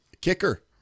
kicker